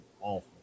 awful